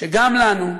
שגם לנו,